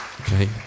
Okay